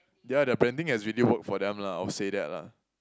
ya the branding has really worked for them lah I would say that lah